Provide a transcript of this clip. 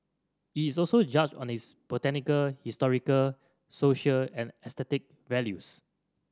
it is also judged on its botanical historical social and aesthetic values